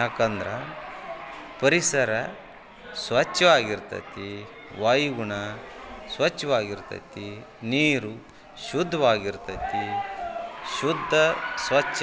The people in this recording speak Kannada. ಯಾಕಂದ್ರೆ ಪರಿಸರ ಸ್ವಚ್ವಾಗಿ ಇರ್ತೈತಿ ವಾಯುಗುಣ ಸ್ವಚ್ವಾಗಿ ಇರ್ತೈತಿ ನೀರು ಶುದ್ವಾಗಿ ಇರ್ತೈತಿ ಶುದ್ದ ಸ್ವಚ್ಛ